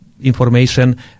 information